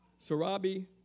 Sarabi